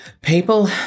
people